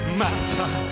matter